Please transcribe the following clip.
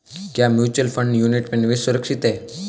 क्या mutual fund unit में निवेश सुरक्षित है?